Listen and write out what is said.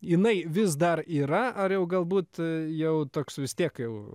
jinai vis dar yra ar jau galbūt jau toks vis tiek jau